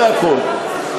זה הכול.